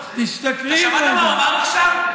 שמעת מה הוא אמר עכשיו?